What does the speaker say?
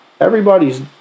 everybody's